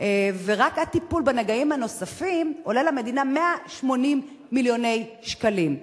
ורק הטיפול בנגעים הנוספים עולה למדינה 180 מיליוני שקלים.